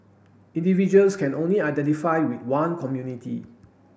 individuals can only identify with one community